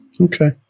Okay